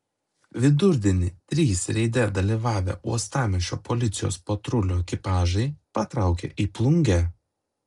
vidurdienį trys reide dalyvavę uostamiesčio policijos patrulių ekipažai patraukė į plungę